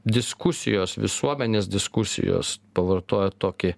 diskusijos visuomenės diskusijos pavartojot tokį